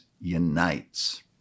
unites